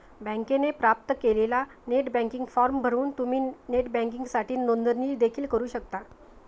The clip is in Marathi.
बँकेने प्राप्त केलेला नेट बँकिंग फॉर्म भरून तुम्ही नेट बँकिंगसाठी नोंदणी देखील करू शकता